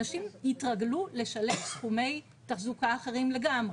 אנשים התרגלו לשלם סכומי תחזוקה אחרים לגמרי.